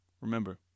Remember